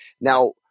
Now